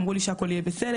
אמרו לי שהכול יהיה בסדר.